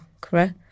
correct